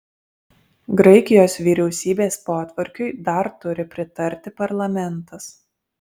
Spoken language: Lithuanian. graikijos vyriausybės potvarkiui dar turi pritarti parlamentas